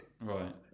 Right